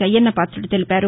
అయ్యన్నపాతుడు తెలిపారు